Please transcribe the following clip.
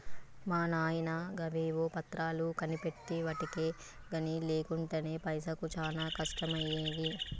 మా నాయిన గవేవో పత్రాలు కొనిపెట్టెవటికె గని లేకుంటెనా పైసకు చానా కష్టమయ్యేది